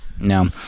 No